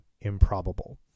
improbable